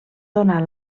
donar